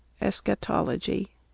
Eschatology